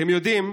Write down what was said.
אתם יודעים,